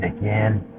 again